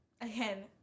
again